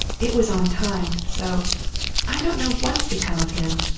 it was on time. so i don't know what's become of him.